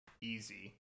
easy